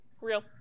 Real